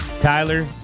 Tyler